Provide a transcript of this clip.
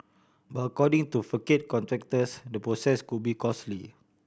but according to facade contractors the process could be costly